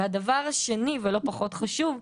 והדבר השני ולא פחות חשוב,